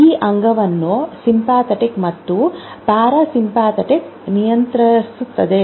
ಈ ಅಂಗವನ್ನು ಸಿಎಂಪೆಥೆಟಿಕ್ ಮತ್ತು ಪ್ಯಾರಾಸಿಂಪಥೆಟಿಕ್ ನಿಯಂತ್ರಿಸುತ್ತದೆ